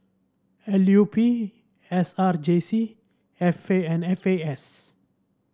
L U P S R J C F A and F A S